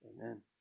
Amen